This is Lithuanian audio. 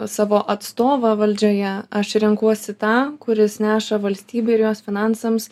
savo atstovą valdžioje aš renkuosi tą kuris neša valstybei ir jos finansams